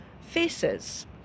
faces